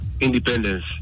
independence